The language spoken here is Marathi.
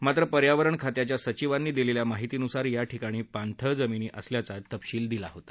मात्र पर्यावरण खात्याच्या सचिवांनी दिलेल्या माहितीनुसार याठिकाणी पाणथळ जमिनी असल्याचा तपशील दिला होता